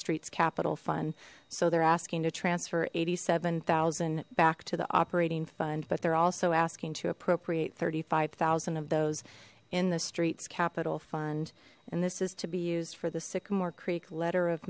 streets capital fund so they're asking to transfer eighty seven thousand back to the operating fund but they're also asking to appropriate thirty five thousand of those in the streets capital fund and this is to be used for the sycamore creek letter of